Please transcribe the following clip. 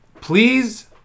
Please